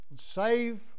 save